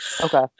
okay